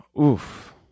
Oof